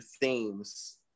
themes